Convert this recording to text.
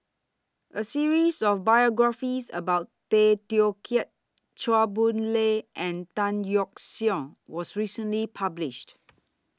A series of biographies about Tay Teow Kiat Chua Boon Lay and Tan Yeok Seong was recently published